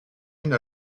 une